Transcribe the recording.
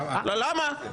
למה?